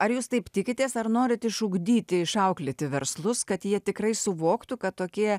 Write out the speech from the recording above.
ar jūs taip tikitės ar norite išugdyti išauklėti verslus kad jie tikrai suvoktų kad tokie